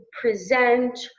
present